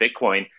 Bitcoin